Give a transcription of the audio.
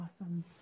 awesome